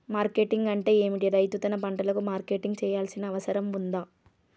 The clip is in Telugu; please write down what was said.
మార్కెటింగ్ అంటే ఏమిటి? రైతు తన పంటలకు మార్కెటింగ్ చేయాల్సిన అవసరం ఉందా?